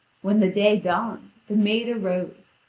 when the day dawned, the maid arose,